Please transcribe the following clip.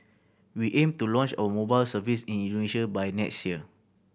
we aim to launch our mobile service in Indonesia by next year